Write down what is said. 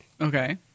okay